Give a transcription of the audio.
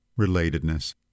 relatedness